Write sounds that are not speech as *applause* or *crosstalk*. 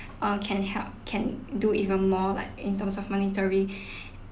uh can help can do even more like in terms of monetary *breath*